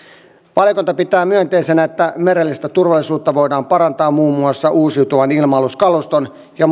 valiokunta pitää myönteisenä että merellistä turvallisuutta voidaan parantaa muun muassa uusiutuvan ilma aluskaluston ja